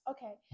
Okay